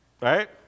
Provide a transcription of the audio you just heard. Right